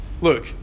Look